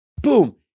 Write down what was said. boom